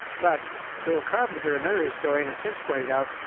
but joel carpenter, another historian, has since pointed out,